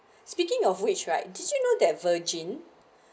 speaking of which right did you know that virgin